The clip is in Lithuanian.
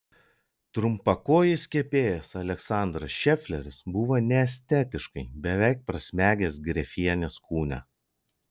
trumpakojis kepėjas aleksandras šefleris buvo neestetiškai beveik prasmegęs grefienės kūne